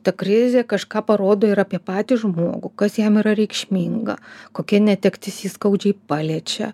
ta krizė kažką parodo ir apie patį žmogų kas jam yra reikšminga kokia netektis jį skaudžiai paliečia